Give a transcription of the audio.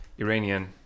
Iranian